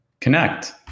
connect